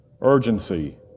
urgency